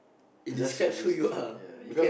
just it goes to show